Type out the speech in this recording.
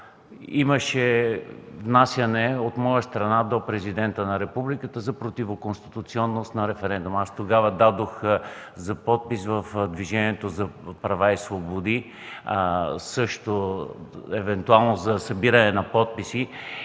имаше внасяне от моя страна до Президента на Републиката за противоконституционност на референдума? Тогава дадох в Движението за права и свободи също евентуално за събиране на подписи.